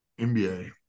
NBA